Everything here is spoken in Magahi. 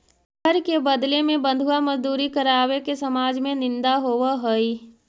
कर के बदले में बंधुआ मजदूरी करावे के समाज में निंदा होवऽ हई